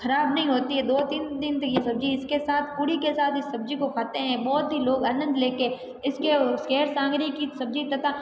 ख़राब नहीं होती है दो तीन दिन तक ये सब्जी इसके साथ पूरी के साथ इस सब्जी को खाते हैं बहुत ही लोग आनंद ले के इसके केरसांगरे की सब्जी तथा